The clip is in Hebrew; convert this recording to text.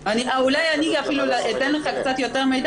אולי אני אפילו אתן לך קצת יותר מידע